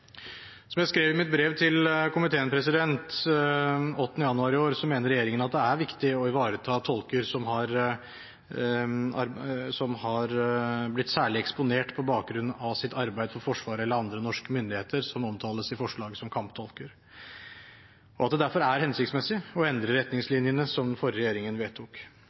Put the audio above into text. Som jeg skrev i mitt brev til komiteen 8. januar i år, så mener regjeringen at det er viktig å ivareta tolker som har blitt særlig eksponert på bakgrunn av sitt arbeid for Forsvaret eller andre norske myndigheter, som omtales i forslaget som kamptolker, og at det derfor er hensiktsmessig å endre retningslinjene som den forrige regjeringen vedtok.